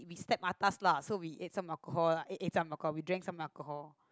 we step atas lah so we ate some alcohol ate some alcohol we drank some alcohol